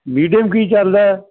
medium ਕੀ ਚੱਲਦਾ